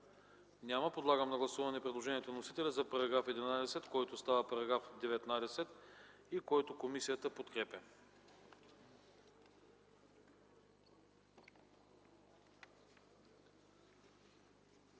Няма. Подлагам на гласуване предложението на вносителя за § 11, който става § 19 и който комисията подкрепя.